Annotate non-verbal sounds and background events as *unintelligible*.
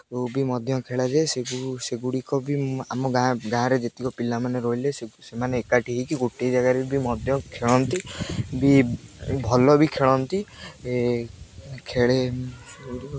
*unintelligible* ବି ମଧ୍ୟ ଖେଳାଯାଏ ସେ ସେଗୁଡ଼ିକ ବି ଆମ ଗାଁ ଗାଁରେ ଯେତିକି ପିଲାମାନେ ରହିଲେ ସେମାନେ ଏକାଠି ହେଇକି ଗୋଟିଏ ଜାଗାରେ ବି ମଧ୍ୟ ଖେଳନ୍ତି ବି ଭଲ ବି ଖେଳନ୍ତି ଖେଳେ